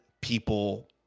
people